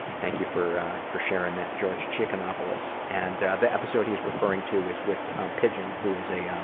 thank you for for sharing that, george chickenopoulos. and the episode he's referring to is with ah pigeon, who is a um